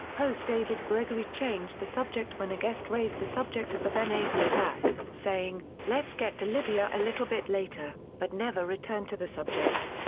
host david gregory changed the subject when a guest raised the subject of the benghazi attack, saying, let's get to libya a little bit later, but never returned to the subject.